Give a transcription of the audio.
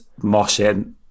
moshing